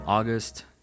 August